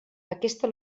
aquesta